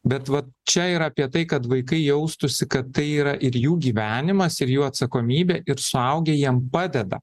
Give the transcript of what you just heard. bet vat čia yra apie tai kad vaikai jaustųsi kad tai yra ir jų gyvenimas ir jų atsakomybė ir suaugę jiem padeda